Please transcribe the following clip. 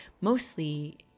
mostly